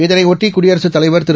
இதையொட்டி குடியரசுத்தலைவர் திரு